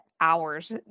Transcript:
hours